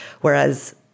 Whereas